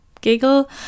giggle